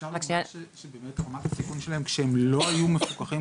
אפשר לומר שרמת הסיכון כשהם לא היו מפוקחים,